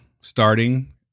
starting